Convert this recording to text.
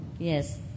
Yes